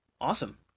awesome